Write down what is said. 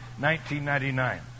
1999